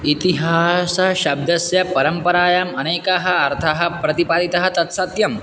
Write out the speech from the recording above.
इतिहासशब्दस्य परम्परायाम् अनेकाः अर्थाः प्रतिपादिताः तत् सत्यम्